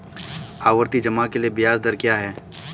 आवर्ती जमा के लिए ब्याज दर क्या है?